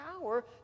power